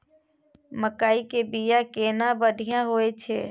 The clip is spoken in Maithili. मकई के बीया केना बढ़िया होय छै?